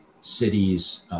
cities